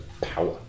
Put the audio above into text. power